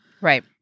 Right